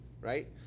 Right